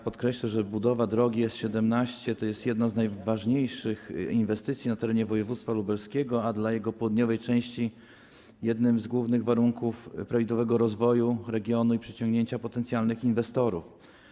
Podkreślę, że budowa drogi S17 jest jedną z najważniejszych inwestycji na terenie województwa lubelskiego, a dla jego południowej części - jednym z głównych warunków prawidłowego rozwoju regionu i przyciągnięcia potencjalnych inwestorów.